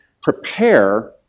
prepare